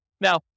Now